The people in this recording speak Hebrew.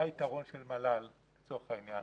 מה היתרון של מל"ל, לצורך העניין?